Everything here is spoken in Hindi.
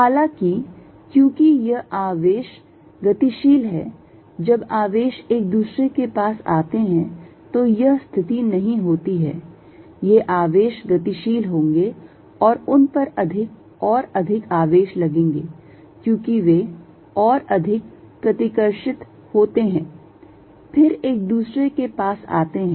हालाँकि क्योंकि यह आवेश गतिशील हैं जब आवेश एक दूसरे के पास आते हैं तो यह स्थिति नहीं होती है ये आवेश गतिशील होंगे और उन पर अधिक और अधिक आवेश लगेंगे क्योंकि वे और अधिक प्रतिकर्षित होते हैं फिर एक दूसरे के पास आते हैं